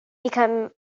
become